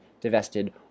divested